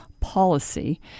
policy